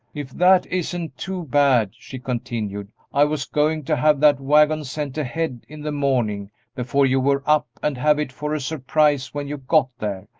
if that isn't too bad! she continued i was going to have that wagon sent ahead in the morning before you were up and have it for a surprise when you got there,